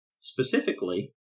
specifically